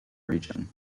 region